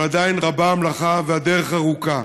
אבל עדיין רבה המלאכה והדרך ארוכה.